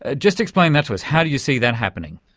ah just explain that to us. how do you see that happening?